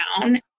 down